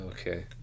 Okay